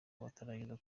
batarageza